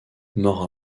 mort